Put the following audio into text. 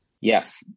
Yes